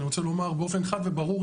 אני רוצה לומר באופן חד וברור,